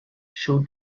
show